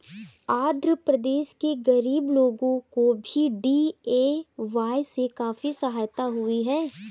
आंध्र प्रदेश के गरीब लोगों को भी डी.ए.वाय से काफी सहायता हुई है